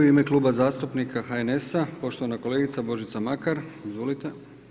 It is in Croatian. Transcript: U ime Kluba zastupnika HNS-a, poštovana kolegica Božica Makar, izvolite.